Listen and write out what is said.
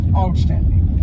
outstanding